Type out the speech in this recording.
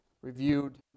reviewed